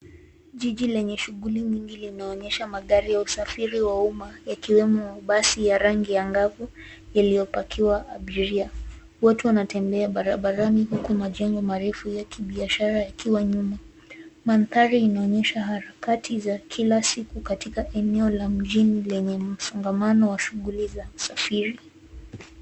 Jiji lenye shughuli nyingi linaonyesha magari ya usafiri wa umma, yakiwemo mabasi ya rangi angavu iliyopakiwa abiria. Watu wanatembea barabarani huku majengo marefu ya kibiashara yakiwa nyuma. Mandhari inaonyesha harakati za kila siku katika eneo la mjini lenye msongamano wa shughuli za usafiri.